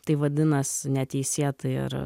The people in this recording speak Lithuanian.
tai vadinas neteisėta ir